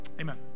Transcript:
Amen